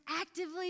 actively